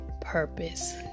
Purpose